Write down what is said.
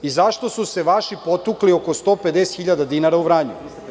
I zašto su se vaši potukli oko 150 hiljada dinara u Vranju?